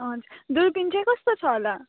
दुर्पिन चाहिँ कस्तो छ होला